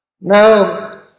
Now